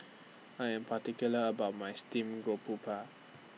I Am particular about My Steamed Garoupa